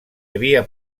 havia